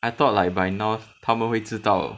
I thought like by now 他们会知道